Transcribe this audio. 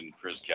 Chris